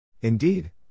Indeed